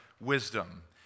wisdom